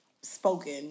spoken